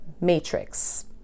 Matrix